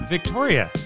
Victoria